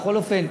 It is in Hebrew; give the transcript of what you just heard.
בכל אופן,